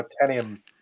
titanium